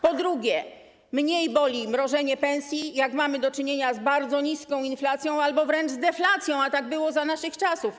Po drugie, mniej boli mrożenie pensji, jak mamy do czynienia z bardzo niską inflacją albo wręcz z deflacją, a tak było za naszych czasów.